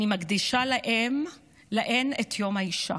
אני מקדישה להן את יום האישה.